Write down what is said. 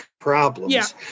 problems